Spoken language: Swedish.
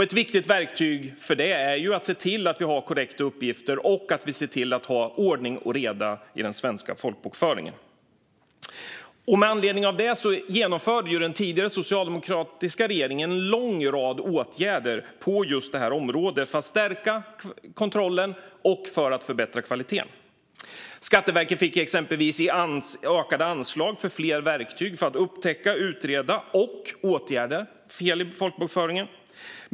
Ett viktigt verktyg när det gäller detta är att se till att vi har korrekta uppgifter och ordning och reda i den svenska folkbokföringen. Den tidigare socialdemokratiska regeringen genomförde en lång rad åtgärder på just detta område för att stärka kontrollen och för att förbättra kvaliteten. Skatteverket fick exempelvis ökade anslag och fler verktyg för att upptäcka, utreda och åtgärda fel i folkbokföringen.